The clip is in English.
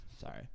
Sorry